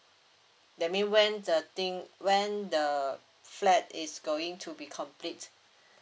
that mean when the thing when the flat is going to be complete